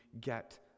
Get